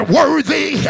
worthy